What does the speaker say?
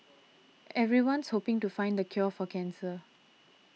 everyone's hoping to find the cure for cancer